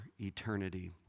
eternity